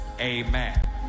Amen